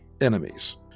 enemies